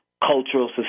Cultural